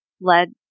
led